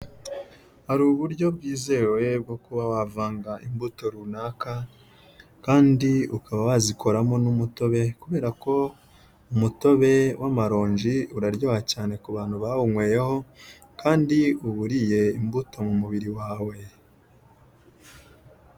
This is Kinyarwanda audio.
Hari uburyo bwizewe bwo kuba wavanga imbuto runaka kandi ukaba wazikoramo n'umutobe kubera ko umutobe w'amaronji uraryoha cyane ku bantu bawunyweyeho kandi uburiye imbuto mu mubiri wawe.